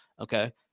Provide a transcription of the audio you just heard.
Okay